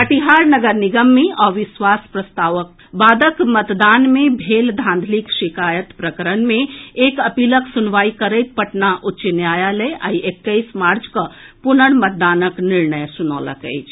कटिहार नगर निगम मे अविश्वास प्रस्ताव के बादक मतदान मे भेल धांधलीक शिकायत प्रकरण मे एक अपीलक सुनवाई करैत पटना उच्च न्यायालय आई एक्कैस मार्च कऽ पुनर्मतदानक निर्णय सुनौलक अछि